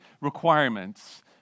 requirements